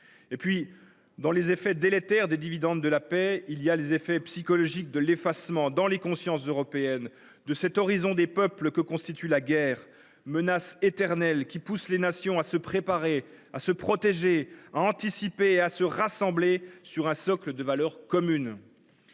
Et puis, derrière les effets délétères des dividendes de la paix, il y a les effets psychologiques de l’effacement dans les consciences européennes de cet horizon des peuples que constitue la guerre, menace éternelle qui pousse les nations à se préparer, à se protéger, à anticiper et à se rassembler sur un socle de valeurs communes.